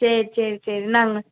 சரி சரி சரி இந்தாங்க